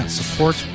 support